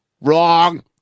Wrong